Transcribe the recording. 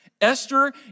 Esther